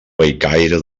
bellcaire